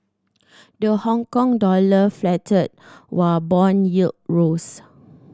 the Hongkong dollar faltered while bond yield rose